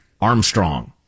Armstrong